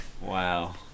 wow